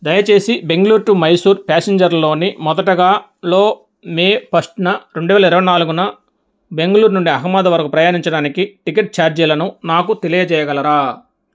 దయచేసి బెంగ్ళూరు టు మైసూర్ ప్యాసింజర్లోని మొదటగా లో మే ఫస్ట్న రెండు వేల ఇరవై నాలుగున బెంగ్ళూర్ నుండి అహమదాబాద్ వరకు ప్రయాణించడానికి టికెట్ ఛార్జీలను నాకు తెలియజేయగలరా